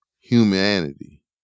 humanity